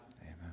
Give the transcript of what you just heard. Amen